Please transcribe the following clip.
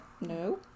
no